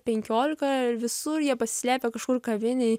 penkiolika ir visur jie pasislėpę kažkur kavinėj